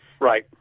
Right